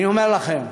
אני אומר לכם,